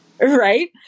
Right